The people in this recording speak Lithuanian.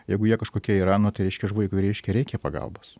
jeigu jie kažkokie yra nu tai reiškia už vaikui reiškia reikia pagalbos